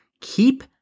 Keep